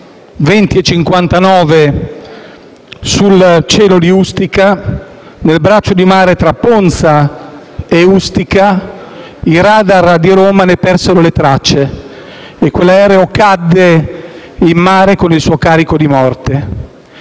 20,59, sul cielo di Ustica, nel braccio di mare tra Ponza e Ustica, i radar di Roma ne persero le tracce e quell'aereo cadde in mare con il suo carico di morte.